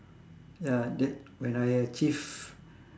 ya that when I achieve